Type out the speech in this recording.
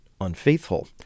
unfaithful